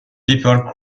people